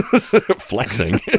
flexing